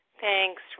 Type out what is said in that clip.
Thanks